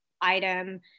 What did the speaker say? item